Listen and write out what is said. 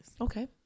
Okay